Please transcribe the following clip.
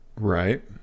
right